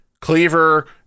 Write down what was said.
Cleaver